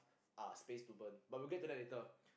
uh space to burn but we'll get to that later